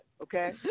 Okay